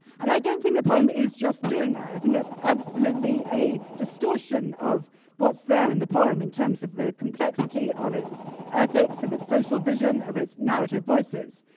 and i don't think the poem is just doing that, i think there's absolutely a distortion of what's there in the poem in terms of the complexity of its ethics of its social vision of its narrative voices.